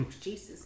Jesus